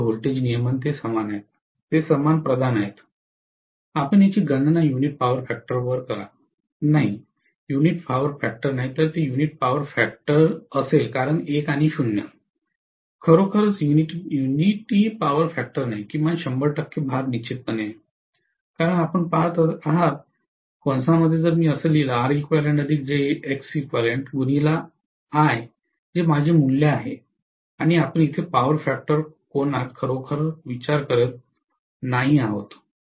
u मधील voltage नियमन ते समान आहेत ते समान प्रदान आहेत आपण याची गणना युनिटी पॉवर फॅक्टर वर करा नाही युनिटी पॉवर फॅक्टर नाही तर ते युनिटी पॉवर फॅक्टर असेल कारण 1 आणि 0 खरोखर युनिटी पॉवर फॅक्टर नाही किमान 100 टक्के भार निश्चितपणे आहे कारण आपण पहात आहात जे माझे मूल्य आहे आणि आपण तेथे पॉवर फॅक्टर कोनात खरोखर विचार करत नाही आहात